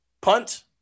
Punt